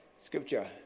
scripture